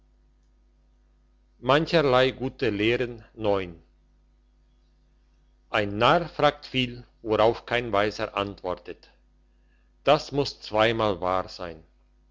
mancherlei gute lehren ein narr fragt viel worauf kein weiser antwortet das muss zweimal wahr sein